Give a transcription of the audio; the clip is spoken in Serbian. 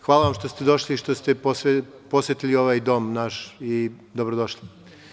Hvala vam što ste došli i što ste posetili ovaj dom, naš i dobro došli.